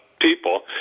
people